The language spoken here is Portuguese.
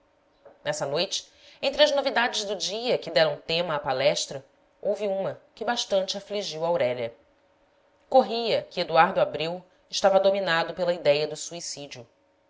nessa noite entre as novidades do dia que deram tema à palestra houve uma que bastante afligiu aurélia corria que eduardo abreu estava dominado pela idéia do suicídio